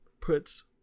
puts